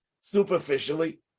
superficially